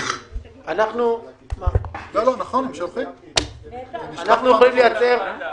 (היו"ר משה גפני, 14:58)